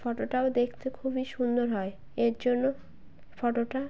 ফটোটাও দেখতে খুবই সুন্দর হয় এর জন্য ফটোটা